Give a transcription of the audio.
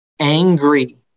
angry